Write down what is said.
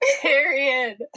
Period